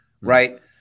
right